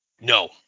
No